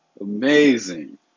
amazing